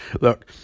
look